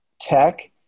tech